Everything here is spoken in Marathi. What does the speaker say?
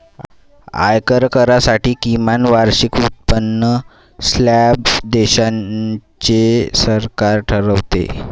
आयकरासाठी किमान वार्षिक उत्पन्न स्लॅब देशाचे सरकार ठरवते